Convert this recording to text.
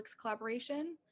collaboration